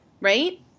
right